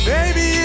Baby